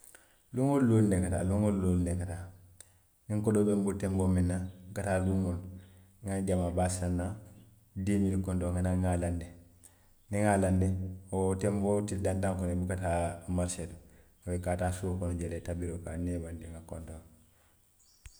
Luŋ woo luŋ ne ka taa, luŋ woo luŋ ne i ka taa niŋ kodoo be n bulu tenboo miŋ na, n ka taa luumoo to n ŋa jamaa baa saŋ naŋ, diimili kontoo ŋa naa n ŋ a laandi niŋ n ŋa a laandi, wo tenboo wo tili dantaŋo kono i buka taa marisee to, wo i ka a taa suo kono jee le i ye tabiroo ke niŋ i ye i bandii, n ŋa kontoŋ